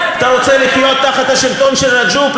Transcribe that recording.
אתה רוצה לחיות תחת השלטון של רג'וב?